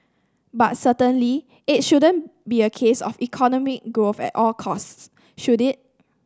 but certainly it shouldn't be a case of economic growth at all costs should it